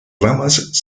ramas